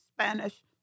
Spanish